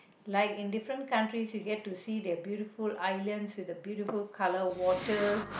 like in different countries you get to see the beautiful islands with the beautiful colour waters